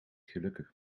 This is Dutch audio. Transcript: gelukkig